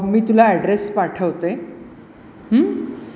मी तुला ॲड्रेस पाठवते